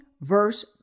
verse